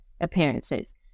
Appearances